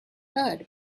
heard